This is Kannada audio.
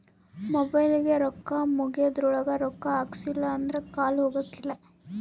ಮೊಬೈಲಿಗೆ ರೊಕ್ಕ ಮುಗೆದ್ರೊಳಗ ರೊಕ್ಕ ಹಾಕ್ಸಿಲ್ಲಿಲ್ಲ ಅಂದ್ರ ಕಾಲ್ ಹೊಗಕಿಲ್ಲ